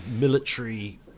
military